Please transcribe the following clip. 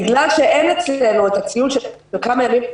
בגלל שאין אצלנו הציון של מספר הימים,